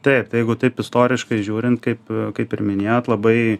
taip tai jeigu taip istoriškai žiūrint kaip kaip ir minėjot labai